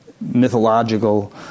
mythological